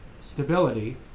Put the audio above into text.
stability